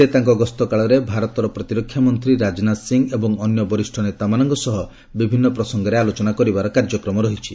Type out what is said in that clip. ସେ ତାଙ୍କ ଗସ୍ତ କାଳରେ ଭାରତର ପ୍ରତିରକ୍ଷା ମନ୍ତ୍ରୀ ରାଜନାଥ ସିଂ ଏବଂ ଅନ୍ୟ ବରିଷ୍ଣ ନେତାମାନଙ୍କ ସହ ବିଭିନ୍ନ ପ୍ରସଙ୍ଗରେ ଆଲୋଚନା କରିବାର କାର୍ଯ୍ୟକ୍ରମ ରହିଛି